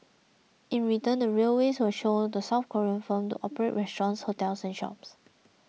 in return the railways will allow the South Korean firm to operate restaurants hotels and shops